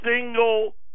single